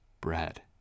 bread